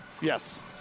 Yes